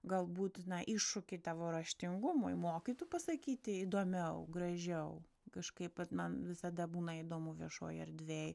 galbūt na iššūkį tavo raštingumui moki tu pasakyti įdomiau gražiau kažkaip man visada būna įdomu viešoj erdvėj